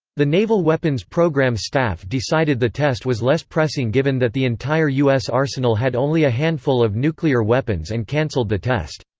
the naval weapons program staff decided the test was less pressing given that the entire u s. arsenal had only a handful of nuclear weapons and canceled the test.